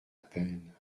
peine